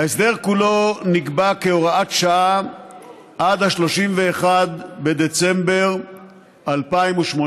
ההסדר כולו נקבע כהוראת שעה עד 31 בדצמבר 2018,